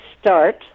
start